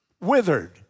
withered